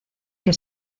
que